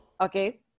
Okay